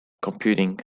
computing